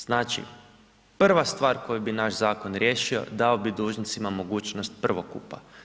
Znači prva stvar koju bi naš zakon riješio dao bi dužnicima mogućnost prvokupa.